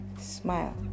Smile